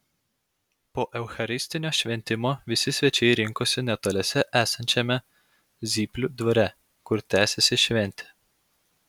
po eucharistinio šventimo visi svečiai rinkosi netoliese esančiame zyplių dvare kur tęsėsi šventė